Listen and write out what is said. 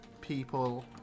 people